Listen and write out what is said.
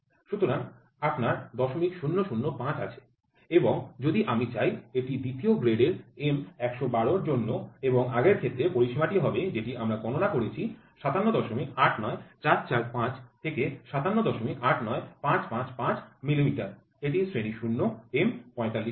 সুতরাং আপনার ০০০৫ আছে এবং যদি আমি চাই এটি দ্বিতীয় গ্রেডের M ১১২ এর জন্য এবং আগের ক্ষেত্রের পরিসীমাটি হবে যেটি আমরা গণনা করেছি ৫৭৮৯৪৪৫ থেকে ৫৭৮৯৫৫৫ মিলিমিটার এটি শ্রেণি ০ M ৪৫ এর জন্য